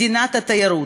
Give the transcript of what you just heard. מדינת התיירות.